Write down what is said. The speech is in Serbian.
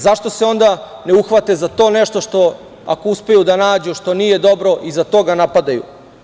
Zašto se onda ne uhvate za to nešto, ako uspeju da nađu, što nije dobro i za to ga napadaju?